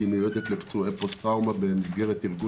שמיועדת לפצועי פוסט טראומה במסגרת ארגון